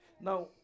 Now